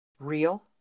real